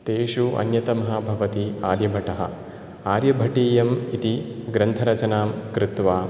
तेषु अन्यतमः भवति आर्यभट्टः आर्यभट्टीयम् इति ग्रन्थरचनां कृत्वा